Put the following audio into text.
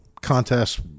contests